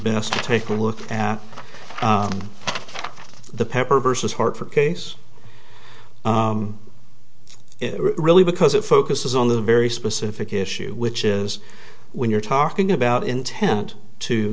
best to take a look at the pepper vs heart for case really because it focuses on the very specific issue which is when you're talking about intent to